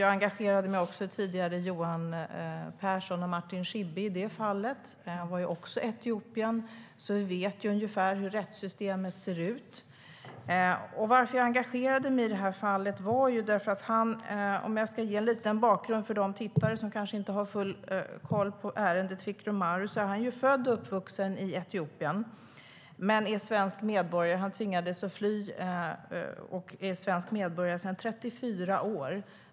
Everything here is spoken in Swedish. Jag engagerade mig också i fallet med Johan Persson och Martin Schibbye, som även det var i Etiopien. Därför vet vi ungefär hur rättssystemet ser ut. Jag ska ge en liten bakgrund för de tittare som kanske inte har full koll på Fikru Marus ärende. Han är född och uppvuxen i Etiopien men är svensk medborgare. Han tvingades fly och är svensk medborgare sedan 34 år.